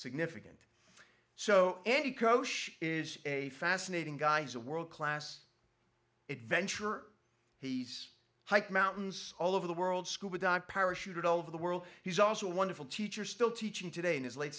significant so any kosher is a fascinating guy he's a world class adventure he's hiked mountains all over the world scuba dive parachuted over the world he's also a wonderful teacher still teaching today in his late